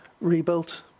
rebuilt